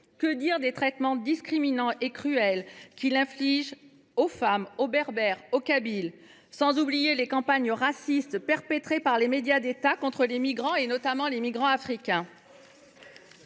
que dire des traitements discriminants et cruels qu’il inflige aux femmes, aux Berbères, aux Kabyles, sans oublier les campagnes racistes perpétrées par les médias d’État contre les migrants, notamment africains